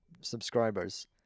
subscribers